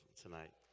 tonight